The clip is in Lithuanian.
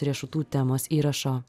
riešutų temos įrašo